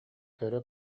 көрө